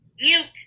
Mute